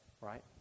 right